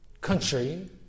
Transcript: country